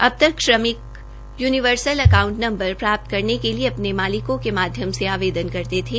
अब तक श्रमिक युनिवर्सल अकाउंट नंबर प्राप्त करने के लिए अपने मालिकों के माध्यम से आवेदन करते थे